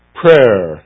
prayer